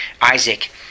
Isaac